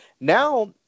now